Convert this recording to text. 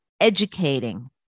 educating